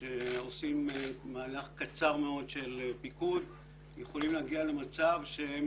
שעושים מהלך קצר מאוד של פיקוד יכולים להגיע למצב שהם